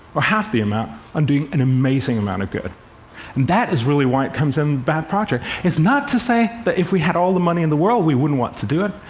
or half the amount on doing an amazing amount of good? and that is really why it becomes a bad project. it's not to say that if we had all the money in the world, we wouldn't want to do it.